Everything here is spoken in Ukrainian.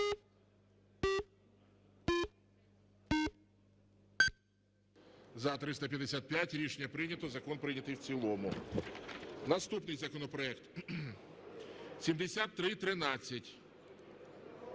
За – 355. Рішення прийнято. Закон прийнятий в цілому. Наступний законопроект 7313.